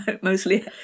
mostly